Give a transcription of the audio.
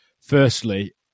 firstly